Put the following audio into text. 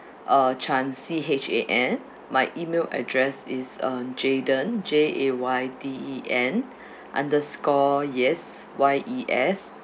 uh chan C H A N my email address is uh jayden J A Y D E N underscore yes Y E S